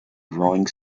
growing